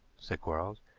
said quarles.